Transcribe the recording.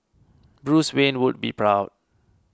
Bruce Wayne would be proud